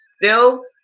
build